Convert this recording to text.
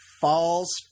falls